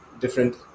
different